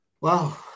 Wow